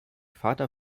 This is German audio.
vater